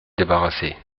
débarrassée